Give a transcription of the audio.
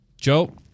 Joe